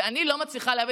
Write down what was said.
ואני לא מצליחה להבין.